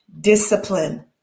discipline